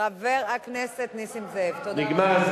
חבר הכנסת נסים זאב, תודה רבה.